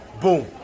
Boom